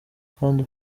kandi